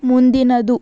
ಮುಂದಿನದು